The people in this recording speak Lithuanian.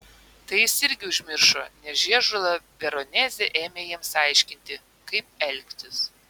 tai jis irgi užmiršo nes žiežula veronezė ėmė jiems aiškinti kaip elgtis